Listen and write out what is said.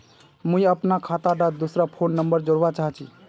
मुई अपना खाता डात दूसरा फोन नंबर जोड़वा चाहची?